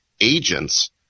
agents